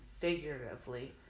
figuratively